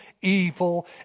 evil